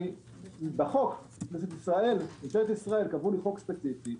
בחוק כנסת ישראל קבעו לי חוק ספציפי,